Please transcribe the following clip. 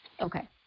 Okay